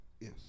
Yes